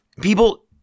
people